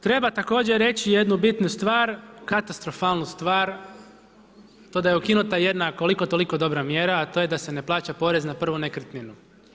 Treba također reći jednu bitnu stvar, katastrofalnu stvar, to da je ukinuta jedna koliko toliko dobra mjera a to je da se ne plaća porez na prvu nekretninu.